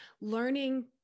learning